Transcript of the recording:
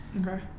Okay